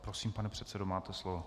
Prosím, pane předsedo, máte slovo.